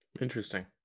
Interesting